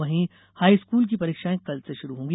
वहीं हाईस्कूल की परीक्षायें कल से शुरू होंगी